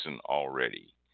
already